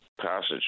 passage